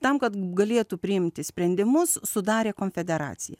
tam kad galėtų priimti sprendimus sudarė konfederaciją